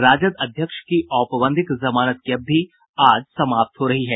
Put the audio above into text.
राजद अध्यक्ष की औपबंधिक जमानत की अवधि आज समाप्त हो रही है